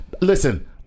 listen